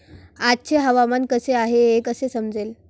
आजचे हवामान कसे आहे हे कसे समजेल?